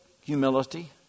humility